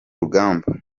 rugamba